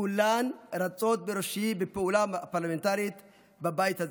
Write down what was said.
כולם רצים בראשי בפעולה הפרלמנטרית בבית הזה.